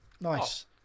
Nice